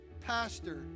pastor